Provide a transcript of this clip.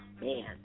man